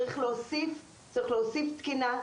צריך להוסיף תקינה,